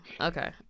Okay